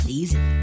easy